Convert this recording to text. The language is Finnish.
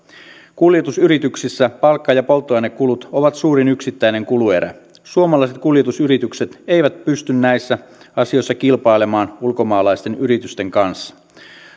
kuljetusyrityksissä palkka ja polttoainekulut ovat suurin yksittäinen kuluerä suomalaiset kuljetusyritykset eivät pysty näissä asioissa kilpailemaan ulkomaalaisten yritysten kanssa